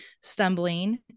stumbling